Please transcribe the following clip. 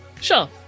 Sure